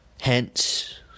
Hence